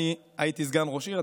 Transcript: אני הייתי סגן ראש עיר,